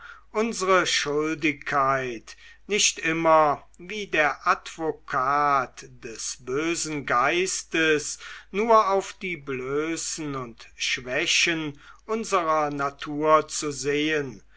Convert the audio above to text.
unsre schuldigkeit nicht immer wie der advokat des bösen geistes nur auf die blößen und schwächen unserer natur zu sehen